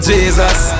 Jesus